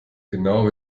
genau